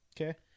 Okay